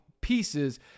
pieces